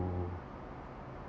to